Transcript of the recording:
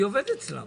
אני באמת לא הבנתי.